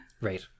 right